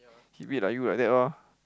he abit like you like that lor